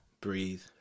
breathe